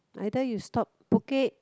either you stop Phuket